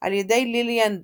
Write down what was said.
על ידי ליליאן דיסני,